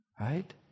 Right